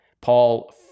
Paul